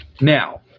Now